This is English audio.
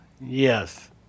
Yes